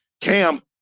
Cam